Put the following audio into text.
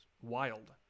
wild